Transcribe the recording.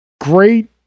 Great